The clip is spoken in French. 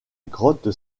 grotte